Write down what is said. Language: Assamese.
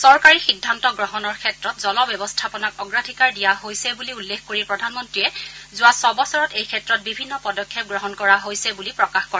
চৰকাৰী সিদ্ধান্ত গ্ৰহণ ক্ষেত্ৰত জল ব্যৱস্থাপনাক অগ্ৰাধিকাৰ দিয়া হৈছে বুলি উল্লেখ কৰি প্ৰধানমন্ত্ৰীয়ে যোৱা ছবছৰত এই ক্ষেত্ৰত বিভিন্ন পদক্ষেপ গ্ৰহণ কৰা হৈছে বুলি প্ৰকাশ কৰে